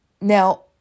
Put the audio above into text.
Now